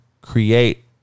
create